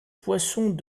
poissons